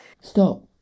Stop